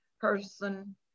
person